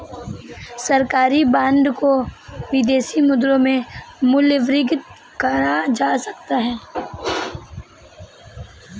सरकारी बॉन्ड को विदेशी मुद्रा में मूल्यवर्गित करा जा सकता है